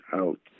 out